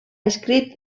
escrit